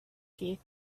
teeth